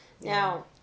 Now